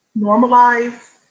normalize